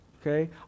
Okay